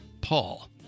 Paul